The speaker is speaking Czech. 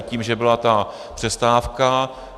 I tím, že byla ta přestávka.